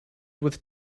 with